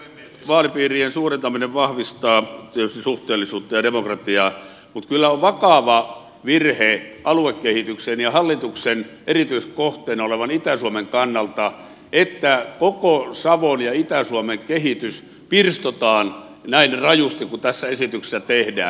vaalipiirien suurentaminen vahvistaa tietysti suhteellisuutta ja demokratiaa mutta kyllä on vakava virhe aluekehityksen ja hallituksen erityiskohteena olevan itä suomen kannalta että koko savon ja itä suomen kehitys pirstotaan näin rajusti kuin tässä esityksessä tehdään